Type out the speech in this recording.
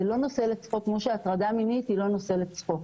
זה לא נושא לצחוק כמו שהטרדה מינית היא לא נושא לצחוק.